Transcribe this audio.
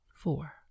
Four